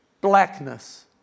blackness